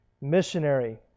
missionary